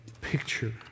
picture